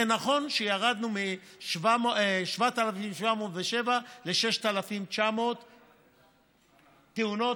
זה נכון שירדנו מ-7,707 ל-6,900 תאונות